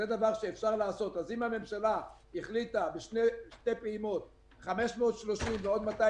אז אם הממשלה החליטה בשתי פעימות על 530 ועוד 280